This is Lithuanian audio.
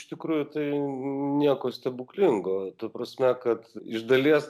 iš tikrųjų tai nieko stebuklingo ta prasme kad iš dalies